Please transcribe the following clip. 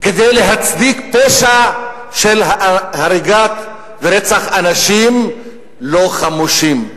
כדי להצדיק פשע של הריגה ורצח אנשים לא חמושים.